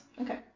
Okay